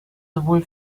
sowohl